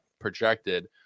projected